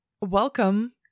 Welcome